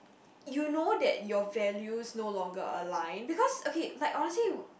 you know that your values no longer align because okay like honestly